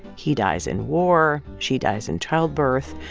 he dies in war. she dies in childbirth.